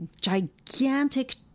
gigantic